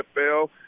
NFL